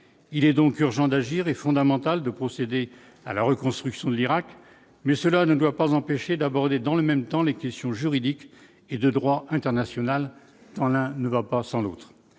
il est donc urgent d'agir et fondamental de procéder à la reconstruction de l'Irak, mais cela ne doit pas empêcher d'aborder dans le même temps, les questions juridiques et de droit international dans l'un ne va pas sans l'autre,